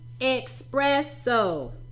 Espresso